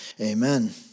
Amen